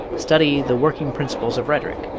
study the working principles of rhetoric,